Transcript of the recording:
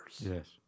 Yes